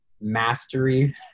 mastery